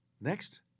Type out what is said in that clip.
Next